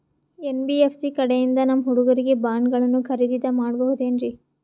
NBFC ಕಡೆಯಿಂದ ನಮ್ಮ ಹುಡುಗರಿಗೆ ಬಾಂಡ್ ಗಳನ್ನು ಖರೀದಿದ ಮಾಡಬಹುದೇನ್ರಿ?